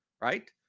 Right